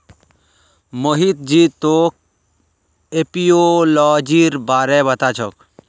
मोहित जी तोक एपियोलॉजीर बारे पता छोक